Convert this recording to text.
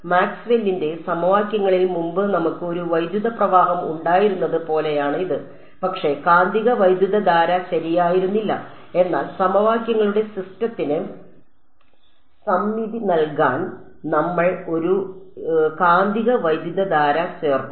മാക്സ്വെല്ലിന്റെ സമവാക്യങ്ങളിൽ മുമ്പ് നമുക്ക് ഒരു വൈദ്യുത പ്രവാഹം ഉണ്ടായിരുന്നത് പോലെയാണ് ഇത് പക്ഷേ കാന്തിക വൈദ്യുതധാര ശരിയായിരുന്നില്ല എന്നാൽ സമവാക്യങ്ങളുടെ സിസ്റ്റത്തിന് സമമിതി നൽകാൻ ഞങ്ങൾ ഒരു കാന്തിക വൈദ്യുതധാര ചേർത്തു